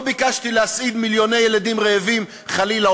לא ביקשתי להסעיד מיליוני ילדים רעבים חלילה,